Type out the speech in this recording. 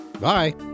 Bye